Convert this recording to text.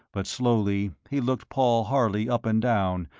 but slowly he looked paul harley up and down,